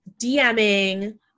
DMing